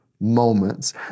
moments